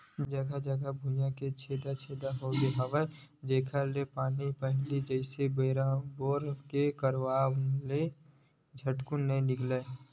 जघा जघा भुइयां के छेदा छेद होगे हवय जेखर ले पानी ह पहिली जइसे बोर के करवाय ले झटकुन नइ निकलय